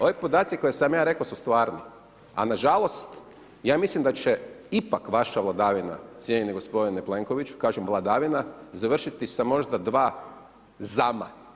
Ovi podaci koje sam ja rekao su stvarni a nažalost aj mislim će ipak vaša vladavine cijenjeni gospodine Plenkoviću, kaže vladavina, završiti sa možda 2 -zama.